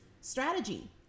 strategy